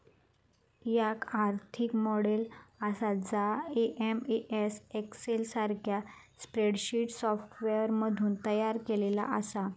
याक आर्थिक मॉडेल आसा जा एम.एस एक्सेल सारख्या स्प्रेडशीट सॉफ्टवेअरमधसून तयार केलेला आसा